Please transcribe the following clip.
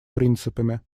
принципами